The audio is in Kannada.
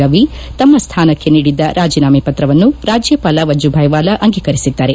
ರವಿ ತಮ್ಮ ಸ್ಥಾನಕ್ಷೆ ನೀಡಿದ್ದ ರಾಜೀನಾಮೆ ಪತ್ರವನ್ನು ರಾಜ್ಯಪಾಲ ವಜೂಭಾಯಿ ವಾಲಾ ಅಂಗೀಕರಿಸಿದ್ದಾರೆ